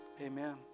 Amen